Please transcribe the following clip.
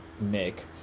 Nick